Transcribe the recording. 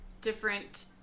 different